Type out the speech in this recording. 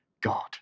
God